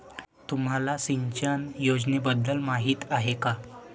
तुम्हाला सिंचन योजनेबद्दल माहिती आहे का?